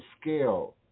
scale